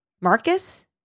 Marcus